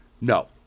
No